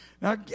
Now